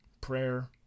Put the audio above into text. prayer